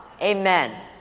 Amen